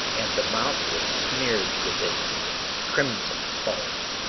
and the mouth was smeared with a crimson foam.